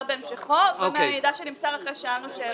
בהמשכו ומן המידע שנמסר אחרי ששאלנו שאלות.